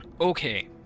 okay